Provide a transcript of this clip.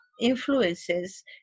influences